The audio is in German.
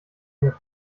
eine